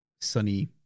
Sunny